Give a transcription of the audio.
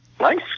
Nice